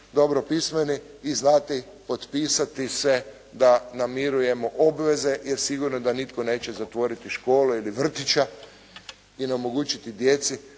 dobro pismeni i znati potpisati se da namirujemo obveze, jer sigurno je da nitko neće zatvoriti škole ili vrtića i onemogućiti djeci